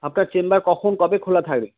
আপনার চেম্বার কখন কবে খোলা থাকে